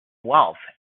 wealth